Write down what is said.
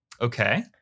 Okay